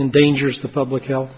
endangers the public health